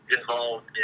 involved